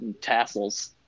tassels